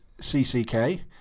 CCK